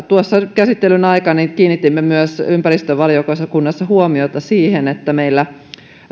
käsittelyn aikana kiinnitimme ympäristövaliokunnassa myös huomiota siihen että meillä